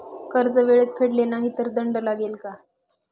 कर्ज वेळेत फेडले नाही तर दंड लागेल का?